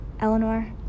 Eleanor